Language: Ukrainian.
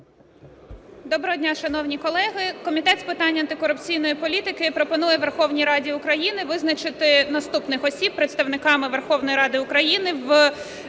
Доброго дня, шановні колеги! Комітет з питань антикорупційної політики пропонує Верховній Раді України визначити наступних осіб представниками Верховної Ради України